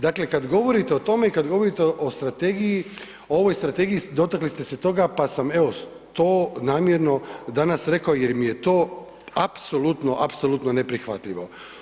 Dakle, kad govorite o tome i kad govorite o strategiji u ovoj strategiji dotakli ste se toga pa sam evo to namjerno danas rekao jer mi je to apsolutno, apsolutno neprihvatljivo.